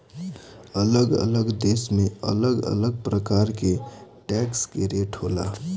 अलग अलग देश में अलग अलग प्रकार के टैक्स के रेट होला